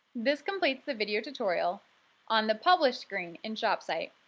this completes the video tutorial on the publish screen in shopsite.